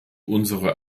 unsere